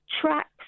tracks